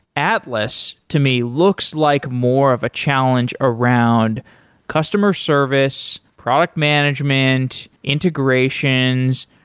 atlas, to me, looks like more of a challenge around customer service, product management, integrations,